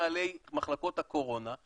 מה קורה --- אבל